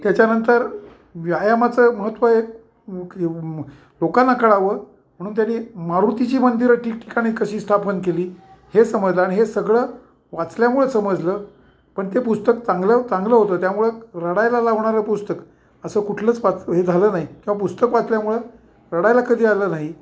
त्याच्यानंतर व्यायामाचं महत्त्व एक लोकांना कळावं म्हणून त्यानी मारुतीची मंदिरं ठिकठिकाणी कशी स्थापन केली हे समजलं आणि हे सगळं वाचल्यामुळं समजलं पण ते पुस्तक चांगलं चांगलं होतं त्यामुळं रडायला होणारं पुस्तक असं कुठलंच पाच हे झालं नाही किंवा पुस्तक वाचल्यामुळं रडायला कधी आलं नाही